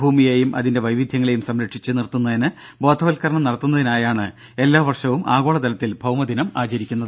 ഭൂമിയേയും അതിന്റെ ഇത്തവണത്തെ ഭൌമ ദിന വൈവിധ്യങ്ങളേയും സംരക്ഷിച്ച് നിർത്തുന്നതിന് ബോധവൽക്കരണം നടത്തുന്നതിനായാണ് എല്ലാ വർഷവും ആഗോള തലത്തിൽ ഭൌമ ദിനം ആചരിക്കുന്നത്